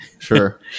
Sure